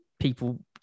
people